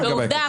בכול.